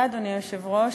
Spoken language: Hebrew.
אדוני היושב-ראש,